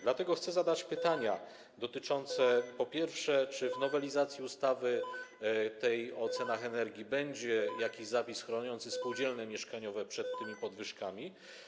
Dlatego chcę zadać pytania: Po pierwsze, czy w nowelizacji ustawy o cenach energii będzie jakiś zapis chroniący spółdzielnie mieszkaniowe przed tymi podwyżkami?